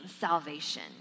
salvation